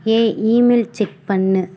ஏய் email check பண்ணு